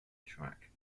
track